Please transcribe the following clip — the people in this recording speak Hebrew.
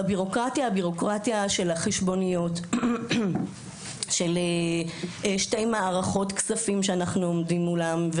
הביורוקרטיה של החשבוניות של שתי מערכות הכספים שאנחנו עומדים מולם,